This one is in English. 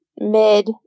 mid